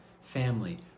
family